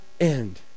end